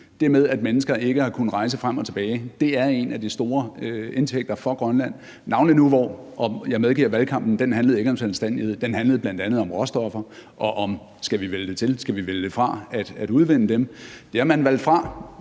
med at mennesker ikke har kunnet rejse frem og tilbage. Det er en af de store indtægter for Grønland, navnlig nu, for jeg medgiver, af valgkampen ikke handlede om selvstændighed; den handlede bl.a. om råstoffer, og om vi skal vælge til eller fra at udvinde dem. Det har man valgt fra,